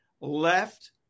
left